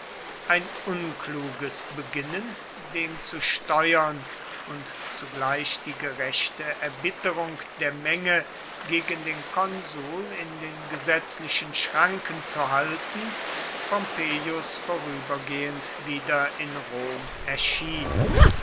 ein unkluges beginnen dem zu steuern und zugleich die gerechte erbitterung der menge gegen den konsul in den gesetzlichen schranken zu halten pompeius vorübergehend wieder in rom erschien